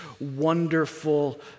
wonderful